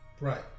Right